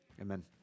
amen